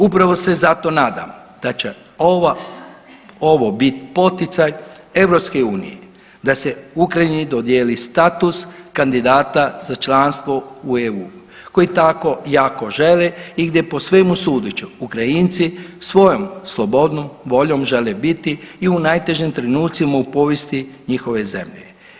Upravo se zato nadam da će ovo bit poticaj EU da se Ukrajini dodijeli status kandidata za članstvo u EU koji tako jako žele i gdje po svemu sudeći Ukrajinci svojom slobodnom voljom žele biti i u najtežim trenucima u povijesti njihove zemlje.